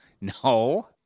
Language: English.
No